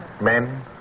Men